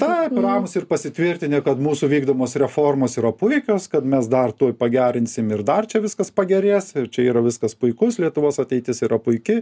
taip ramūs ir pasitvirtinę kad mūsų vykdomos reformos yra puikios kad mes dar tuoj pagerinsim ir dar čia viskas pagerės ir čia yra viskas puikus lietuvos ateitis yra puiki